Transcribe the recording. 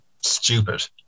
stupid